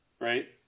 right